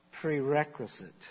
prerequisite